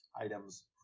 items